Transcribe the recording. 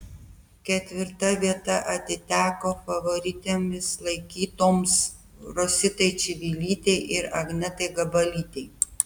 ketvirta vieta atiteko favoritėmis laikytoms rositai čivilytei ir agnetai gabalytei